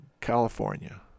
California